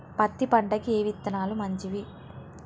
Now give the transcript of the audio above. పత్తి పంటకి ఏ విత్తనాలు మంచివి?